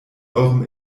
eurem